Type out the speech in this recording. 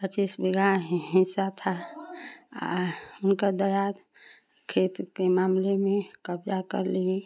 पचीस बिगहा हि हिस्सा था आ उनका दयाद खेत के मामले में कब्जा कर लिए